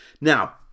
Now